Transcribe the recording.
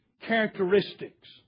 characteristics